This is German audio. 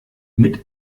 mit